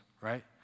right